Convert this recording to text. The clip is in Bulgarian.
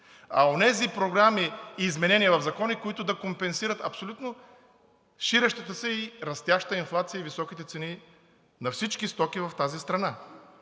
а онези програми и изменения в закони, които да компенсират абсолютно ширещата се и растяща инфлация и високите цени на всички стоки в тази страна.